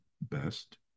best